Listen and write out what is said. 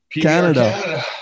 Canada